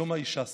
יום האישה שמח.